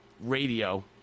radio